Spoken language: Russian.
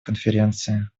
конференции